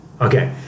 Okay